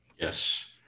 Yes